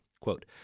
Quote